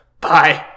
Bye